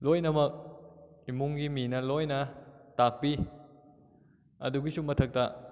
ꯂꯣꯏꯅꯃꯛ ꯏꯃꯨꯡꯒꯤ ꯃꯤꯅ ꯂꯣꯏꯅ ꯇꯥꯛꯄꯤ ꯑꯗꯨꯒꯤꯁꯨ ꯃꯊꯛꯇ